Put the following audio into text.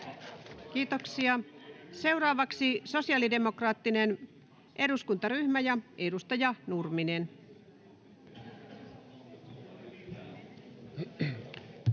Kiitoksia. — Seuraavaksi sosiaalidemokraattinen eduskuntaryhmä ja edustaja Nurminen. [Speech